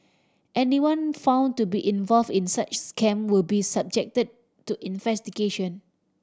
anyone found to be involve in such scam will be subjected to investigation